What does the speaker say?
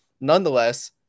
nonetheless